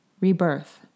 rebirth